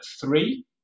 Three